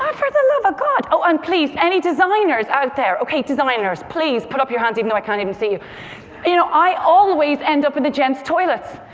for the love of god. and please, any designers out there? ok, designers, please put up your hands, even though i can't even see you. you know i always end up in the gents' toilets.